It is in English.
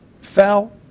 Fell